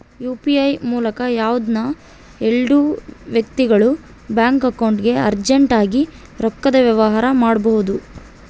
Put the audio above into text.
UPI ಮೂಲಕ ಯಾವ್ದನ ಎಲ್ಡು ವ್ಯಕ್ತಿಗುಳು ಬ್ಯಾಂಕ್ ಅಕೌಂಟ್ಗೆ ಅರ್ಜೆಂಟ್ ಆಗಿ ರೊಕ್ಕದ ವ್ಯವಹಾರ ಮಾಡ್ಬೋದು